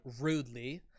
rudely